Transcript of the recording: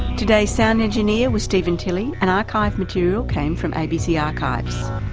today's sound engineer was stephen tilley and archive material came from abc archives.